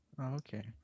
Okay